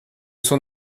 sont